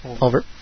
over